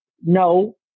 no